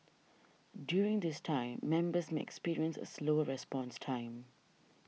during this time members may experience a slower response time